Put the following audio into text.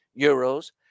euros